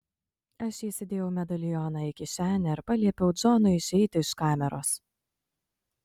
aš įsidėjau medalioną į kišenę ir paliepiau džonui išeiti iš kameros